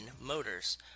Motors